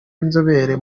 b’inzobere